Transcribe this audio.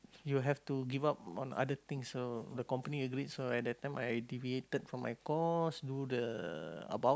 you have to give up on other things so the company will do it so at that time i deviated from my course do the about